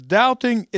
doubting